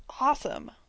awesome